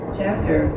chapter